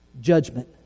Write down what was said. judgment